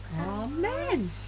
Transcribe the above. amen